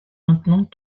maintenant